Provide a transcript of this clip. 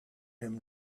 him